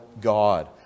God